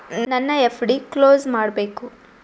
ನನ್ನ FD close ಮಾಡಬೇಕು